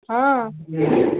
ହଁ